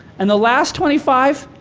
and the last twenty five,